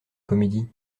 comédie